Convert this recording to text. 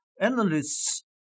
Analysts